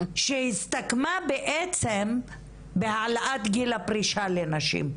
שהסתכמה בעצם בהעלאת גיל הפרישה לנשים.